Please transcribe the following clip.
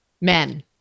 Men